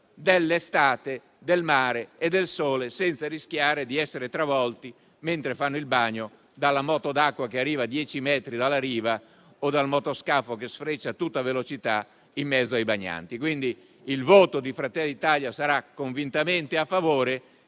dell'estate, del mare e del sole senza rischiare di essere travolti mentre fanno il bagno da una moto d'acqua che arriva a dieci metri dalla riva o dal motoscafo che sfreccia a tutta velocità in mezzo a loro. Pertanto, il voto del Gruppo Fratelli d'Italia sarà convintamente a favore.